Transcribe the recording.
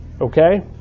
Okay